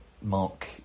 Mark